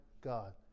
God